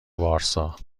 وارسا